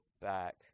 back